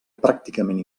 pràcticament